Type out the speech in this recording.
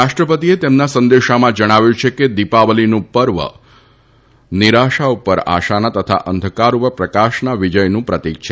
રાષ્ટ્રપતિએ તેમના સંદેશામાં જણાવ્યું છે કે દીપાવલીનું પર્વ નિરાશ ઉપર આશાના તથા અંધકાર ઉપર પ્રકાશના વિજયનું પ્રતીક છે